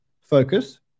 Focus